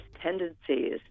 tendencies